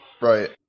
Right